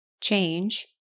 change